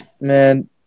man